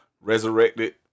resurrected